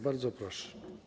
Bardzo proszę.